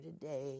today